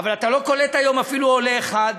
אבל אתה לא קולט היום אפילו עולה אחד,